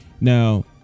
now